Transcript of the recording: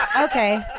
Okay